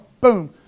Boom